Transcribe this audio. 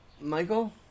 Michael